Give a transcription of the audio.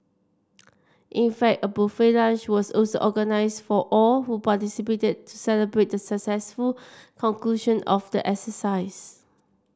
in fact a buffet lunch was also organised for all who participated to celebrate the successful conclusion of the exercise